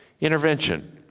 intervention